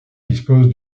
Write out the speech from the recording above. dispose